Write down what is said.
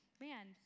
Man